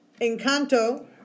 Encanto